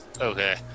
Okay